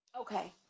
Okay